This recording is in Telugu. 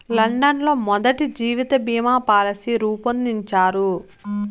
లండన్ లో మొదటి జీవిత బీమా పాలసీ రూపొందించారు